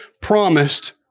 promised